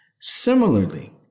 Similarly